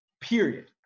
period